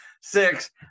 six